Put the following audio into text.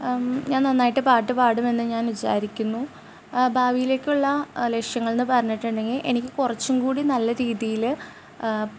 ഞാന് നന്നായിട്ട് പാട്ട് പാടുമെന്ന് ഞാന് വിചാരിക്കുന്നു ഭാവിയിലേക്കുള്ള ലക്ഷ്യങ്ങള് എന്ന് പറഞ്ഞിട്ടുണ്ടെങ്കില് എനിക്ക് കുറച്ചും കൂടി നല്ല രീതിയിൽ